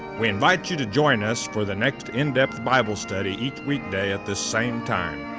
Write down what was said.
we invite you to join us for the next in-depth bible study each weekday at this same time.